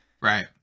Right